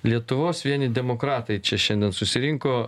lietuvos vieni demokratai čia šiandien susirinko